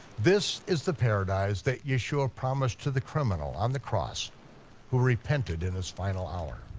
this is the paradise that yeshua promised to the criminal on the cross who repented in his final hour.